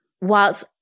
whilst